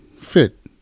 fit